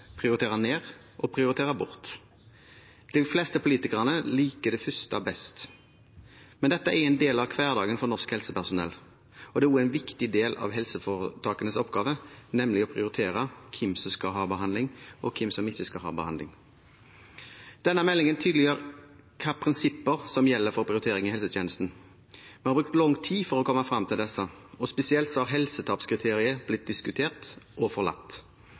prioritere opp, prioritere ned og prioritere bort. De fleste politikerne liker det første best, men dette er en del av hverdagen for norsk helsepersonell, og det er også en viktig del av helseforetakenes oppgave, nemlig å prioritere hvem som skal ha behandling, og hvem som ikke skal ha behandling. Denne meldingen tydeliggjør hvilke prinsipper som gjelder for prioritering i helsetjenesten. Vi har brukt lang tid for å komme frem til disse, spesielt har helsetapskriteriet blitt diskutert og forlatt.